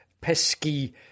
pesky